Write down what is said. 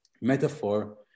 metaphor